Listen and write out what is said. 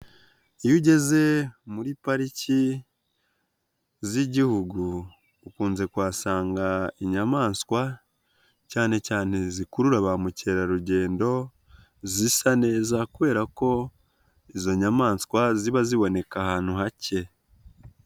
Iyo ugeze muri pariki z'igihugu, ukunze kuhasanga inyamaswa cyane cyane zikurura ba mukerarugendo, zisa neza kubera ko izo nyamaswa ziba ziboneka ahantu hake.